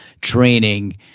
training